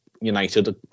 United